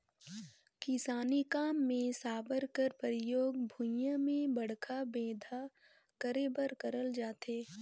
किसानी काम मे साबर कर परियोग भुईया मे बड़खा बेंधा करे बर करल जाथे